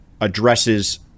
addresses